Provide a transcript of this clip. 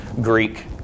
Greek